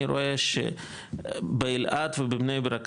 אני רואה שבאלעד ובבני ברק,